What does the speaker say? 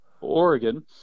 Oregon